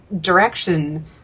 direction